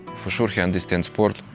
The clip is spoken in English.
for sure he understands sport.